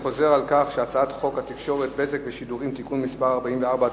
אני חוזר על כך שהצעת חוק התקשורת (בזק ושידורים) (תיקון מס' 44),